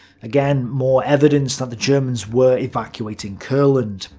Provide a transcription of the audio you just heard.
again, more evidence that the germans were evacuating courland.